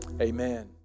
Amen